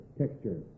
texture